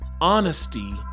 honesty